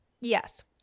Yes